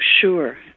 sure